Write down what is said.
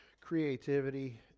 creativity